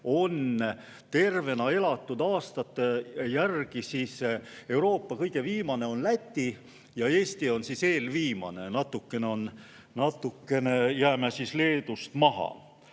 on tervena elatud aastate järgi Euroopa kõige viimane Läti ja Eesti on eelviimane. Natukene jääme Leedust maha.